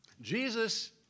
Jesus